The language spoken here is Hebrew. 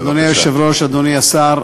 אדוני היושב-ראש, אדוני השר,